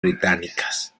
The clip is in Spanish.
británicas